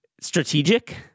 Strategic